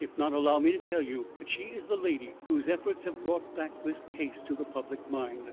if not, allow me to tell you that she is the lady whose efforts have brought back this case to the public mind